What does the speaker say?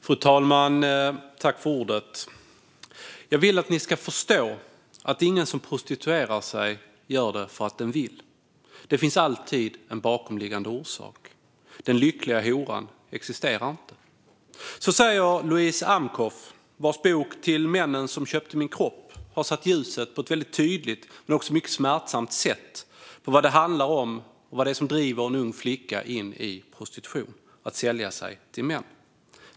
Fru talman! "Jag vill att ni ska förstå att ingen prostituerar sig för att den vill. Det finns alltid en bakomliggande orsak. Den lyckliga horan existerar inte." Så säger Louise Amcoff, vars bok Till männen som köpte min kropp på ett väldigt tydligt men också mycket smärtsamt sätt har satt ljuset på vad det handlar om och vad det är som driver en ung flicka in i prostitution, i att sälja sig till män.